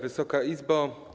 Wysoka Izbo!